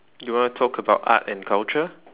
you want to talk about art and culture